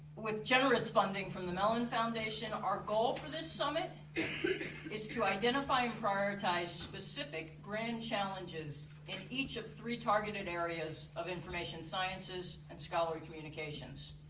with generous funding from the mellon foundation, our goal for this summit is to identify and prioritize specific grand challenges in each of three targeted areas of information sciences and scholarly communications.